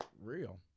Real